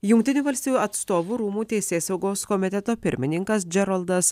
jungtinių valstijų atstovų rūmų teisėsaugos komiteto pirmininkas džeraldas